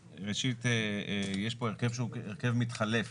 ראשית, יש פה הרכב שהוא הרכב מתחלף.